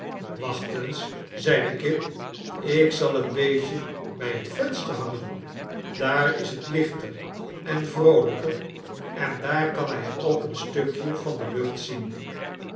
eens zeide kit ik zal het beestje bij het venster hangen daar is het lichter en vroolijker en daar kan hij ook een stukje van de lucht zien